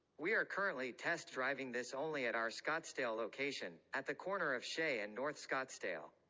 we are currently test driving this only at our scottsdale location, at the corner of shay and north scottsdale.